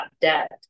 debt